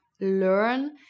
learn